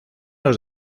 los